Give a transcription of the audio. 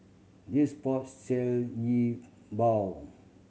this sell yi bao